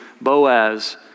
Boaz